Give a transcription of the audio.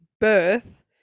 birth